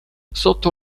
sotto